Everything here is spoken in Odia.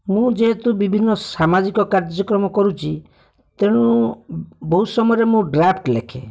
ମୁଁ ଯେହେତୁ ବିଭିନ୍ନ ସାମାଜିକ କାର୍ଯ୍ୟକ୍ରମ କରୁଛି ତେଣୁ ବହୁତ ସମୟରେ ମୁଁ ଡ୍ରାଫ୍ଟ୍ ଲେଖେ